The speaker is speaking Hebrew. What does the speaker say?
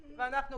וגם אנחנו